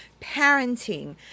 parenting